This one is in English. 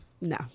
No